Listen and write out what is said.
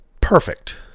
perfect